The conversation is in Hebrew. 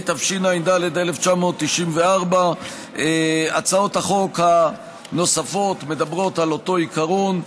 התשע"ד 1994. הצעות החוק הנוספות מדברות על אותו עיקרון,